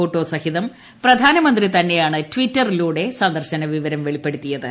photo സഹിതം പ്രധാനമന്ത്രി തന്നെയാണ് ട്ടിറ്ററിലൂടെ സന്ദർശന വിവരം വെളിപ്പെടുത്തിയത്